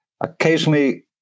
occasionally